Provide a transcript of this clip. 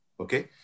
Okay